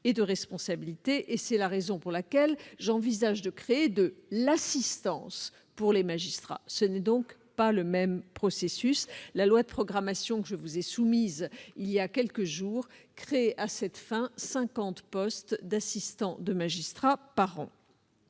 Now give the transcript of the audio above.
et de responsabilité. C'est la raison pour laquelle j'envisage de créer de l'assistance pour les magistrats. Il ne s'agit donc pas du même processus. Le projet de loi de programmation que je vous ai soumis il y a quelques jours crée à cette fin cinquante postes d'assistants de magistrats par an.